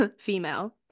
female